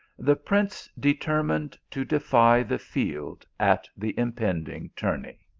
the prince determined to defy the field at the impending tourney.